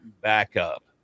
backup